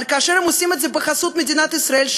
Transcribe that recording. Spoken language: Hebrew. אבל כאשר הם עושים את זה בחסות מדינת ישראל,